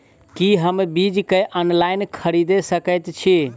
की हम बीज केँ ऑनलाइन खरीदै सकैत छी?